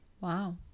Wow